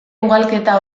ugalketa